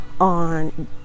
on